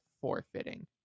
forfeiting